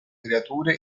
creature